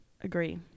Agree